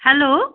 hello